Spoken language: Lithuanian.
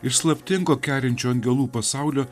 iš slaptingo kerinčio angelų pasaulio